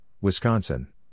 Wisconsin